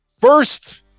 First